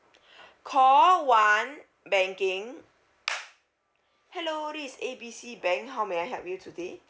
call one banking hello this is A B C bank how may I help you today